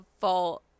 fault